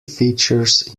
features